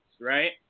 right